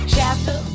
Chapter